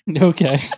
Okay